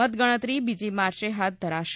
મતગણતરી બીજી માર્ચે હાથ ધરાશે